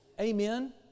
Amen